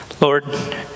Lord